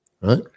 Right